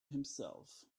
himself